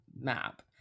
map